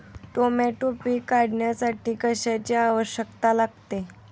Tomato पीक काढण्यासाठी कशाची आवश्यकता लागते?